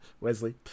Wesley